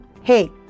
hey